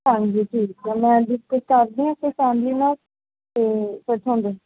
ਹਾਂਜੀ ਠੀਕ ਹੈ ਮੈਂ ਡਿਸਕਸ ਕਰਦੀ ਹਾਂ ਆਪਣੀ ਫੈਮਿਲੀ ਨਾਲ ਅਤੇ ਫਿਰ ਤੁਹਾਨੂੰ ਦੱਸਦੀ ਹਾਂ